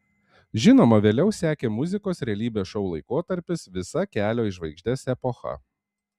žinoma vėliau sekė muzikos realybės šou laikotarpis visa kelio į žvaigždes epocha